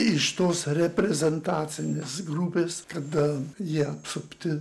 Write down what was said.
iš tos reprezentacinės grupės kada jie apsupti